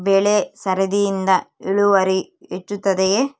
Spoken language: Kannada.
ಬೆಳೆ ಸರದಿಯಿಂದ ಇಳುವರಿ ಹೆಚ್ಚುತ್ತದೆಯೇ?